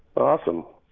awesome.